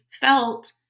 felt